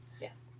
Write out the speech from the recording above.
Yes